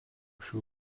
šių